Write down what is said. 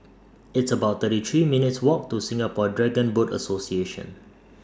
It's about thirty three minutes' Walk to Singapore Dragon Boat Association